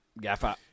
Gaffer